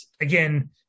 again